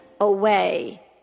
away